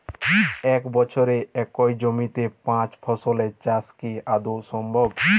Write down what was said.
এক বছরে একই জমিতে পাঁচ ফসলের চাষ কি আদৌ সম্ভব?